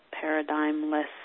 paradigm-less